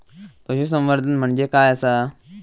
पशुसंवर्धन म्हणजे काय आसा?